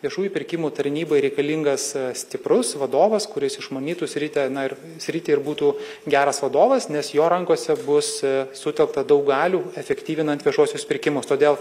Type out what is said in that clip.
viešųjų pirkimų tarnybai reikalingas stiprus vadovas kuris išmanytų sritį na ir sritį ir būtų geras vadovas nes jo rankose bus sutelkta daug galių efektyvinant viešuosius pirkimus todėl